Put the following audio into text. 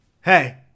Hey